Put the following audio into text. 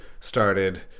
started